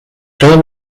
todo